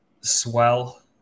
Swell